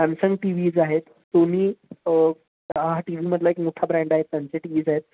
Samsung TVs आहेत Sony हा टी व्हीमधला एक मोठा ब्रँड आहेत त्यांचे टी व्ही ज आहेत